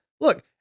look